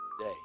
day